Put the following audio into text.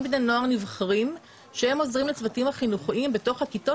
בני נוער נבחרים שהם עוזרים לצוותים החינוכיים בתוך הכיתות